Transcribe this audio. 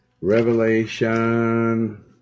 Revelation